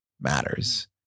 matters